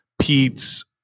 Pete's